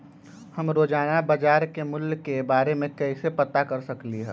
हम रोजाना बाजार के मूल्य के के बारे में कैसे पता कर सकली ह?